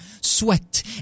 sweat